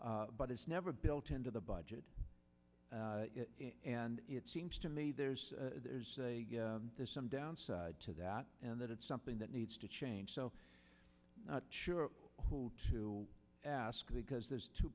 but it's never built into the budget and it seems to me there's there's there's some downside to that and that it's something that needs to change so not sure who to ask because there's two